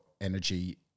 energy